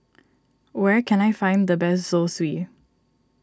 where can I find the best Zosui